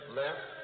left